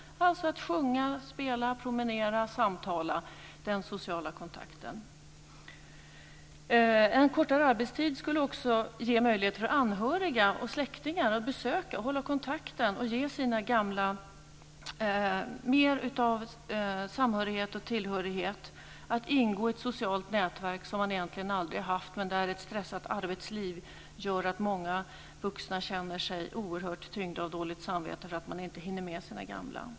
Det handlar om att sjunga, spela, promenera och samtala, dvs. den sociala kontakten. En kortare arbetstid skulle också ge möjlighet för anhöriga och släktingar att besöka, hålla kontakten med och ge sina gamla mer samhörighet och tillhörighet. De skulle ingå i ett socialt nätverk som de egentligen aldrig har haft. Ett stressat arbetsliv gör att många vuxna känner sig oerhört tyngda av dåligt samvete för att man inte hinner med sina gamla.